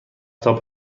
تاپ